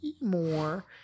more